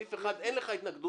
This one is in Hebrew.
בסעיף (1) אין לך התנגדות,